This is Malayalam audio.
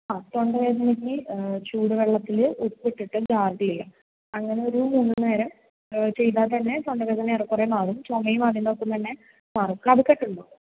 ആ തൊണ്ടവേദനയ്ക് ചൂടുവെള്ളത്തിൽ ഉപ്പ് ഇട്ടിട്ട് ഗാർഗിള് ചെയ്യുക അങ്ങനെ ഒരു മൂന്നു നേരം ചെയ്താൽതന്നെ തൊണ്ടവേദന ഏറെക്കുറെ മാറും ചുമയും അതിൻ്റെ ഒപ്പം തന്നെ മാറും കഫകെട്ട് ഉണ്ടോ